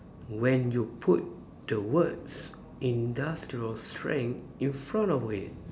when you put the words industrial strength in front of it